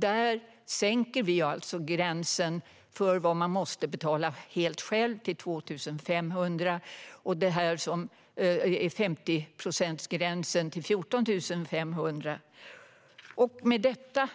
Där sänker vi liberaler gränsen för vad man måste betala helt själv till 2 500, och maxgränsen för att betala 50 procent till 14 500. Fru talman! Med detta